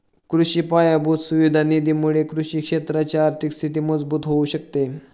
कृषि पायाभूत सुविधा निधी मुळे कृषि क्षेत्राची आर्थिक स्थिती मजबूत होऊ शकते